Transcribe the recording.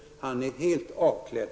Han är helt avklädd.